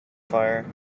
fire